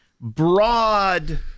broad